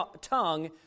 tongue